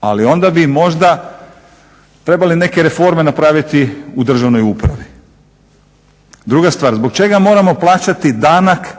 Ali onda bi možda trebali neke reforme napraviti u državnoj upravi. Druga stvar. Zbog čega moramo plaćati danak